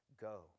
go